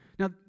Now